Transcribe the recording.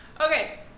Okay